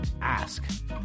ask